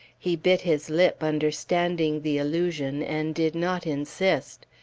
he bit his lip, understanding the allusion, and did not insist.